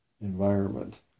environment